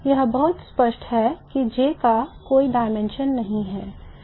यह बहुत स्पष्ट है कि J का कोई dimension नहीं है